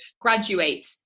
graduate